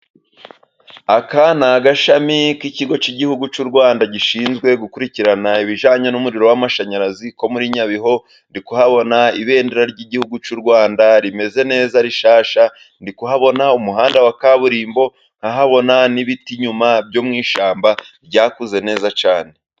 Aka ni agashami k'ikigo cy'Igihugu cy'u Rwanda gishinzwe gukurikirana ibijanye n'umuriro w'amashanyarazi ko muri Nyabihu, ndi kuhabona ibendera ry'Igihugu cy'u Rwanda rimeze neza rishyashya, ndi kuhabona umuhanda wa kaburimbo, ndi kuhabona n'ibiti inyuma byo mu ishyamba ryakuze neza cyane.